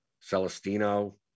Celestino